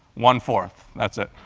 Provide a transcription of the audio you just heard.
one four, that's it.